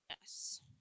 Yes